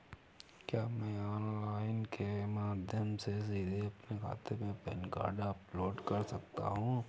क्या मैं ऑनलाइन के माध्यम से सीधे अपने खाते में पैन कार्ड अपलोड कर सकता हूँ?